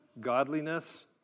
godliness